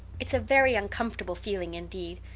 it's a very uncomfortable feeling indeed.